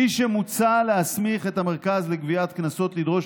מוצע להסמיך את המרכז לגביית קנסות לדרוש